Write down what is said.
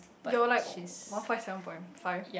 you're like one five seven point five